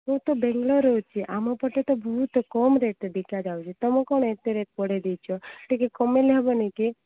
ମୁଁ ତ ବେଙ୍ଗଲୋର୍ରେ ରହୁଛି ଆମ ପଟେ ତ ବହୁତ କମ୍ ରେଟ୍ରେ ବିକା ଯାଉଛି ତମେ କ'ଣ ଏତେ ରେଟ୍ ବଢ଼େଇ ଦେଇଛ ଟିକେ କମେଇଲେ ହେବନି କି